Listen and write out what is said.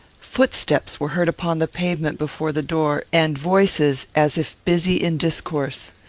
footsteps were heard upon the pavement before the door, and voices, as if busy in discourse.